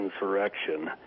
insurrection